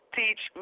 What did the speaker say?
teach